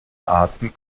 arten